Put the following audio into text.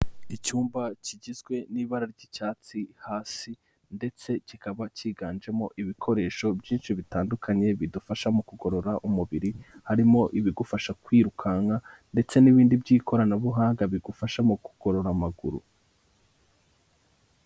Icyumba kigizwe n'ibara ry'icyatsi hasi ndetse kikaba cyiganjemo ibikoresho byinshi bitandukanye bidufasha mu kugorora umubiri, harimo ibigufasha kwirukanka ndetse n'ibindi by'ikoranabuhanga bigufasha mu kugorora amaguru.